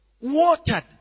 watered